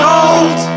Gold